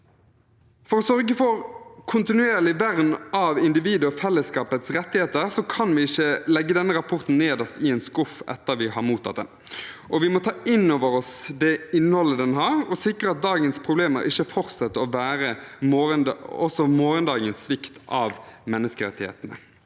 For å sørge for kontinuerlig vern av individet og fellesskapets rettigheter kan vi ikke legge denne rapporten nederst i en skuff etter at vi har mottatt den. Vi må ta inn over oss det innholdet den har, og sikre at dagens problemer ikke fortsetter å være også morgendagens svikt av menneskerettighetene.